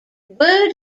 were